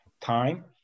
time